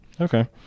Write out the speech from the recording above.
okay